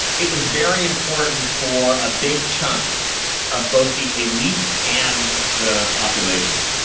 it was very important for a big chunk of both the elite and the population.